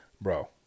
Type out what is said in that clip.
bro